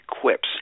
quips